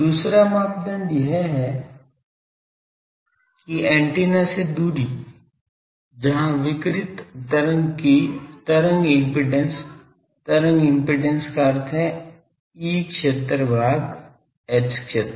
दूसरा मापदंड यह है कि एंटीना से दूरी जहां विकिरित तरंग की तरंग इम्पीडेन्स तरंग इम्पीडेन्स का अर्थ है H क्षेत्र भाग E क्षेत्र